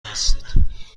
هستید